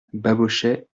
babochet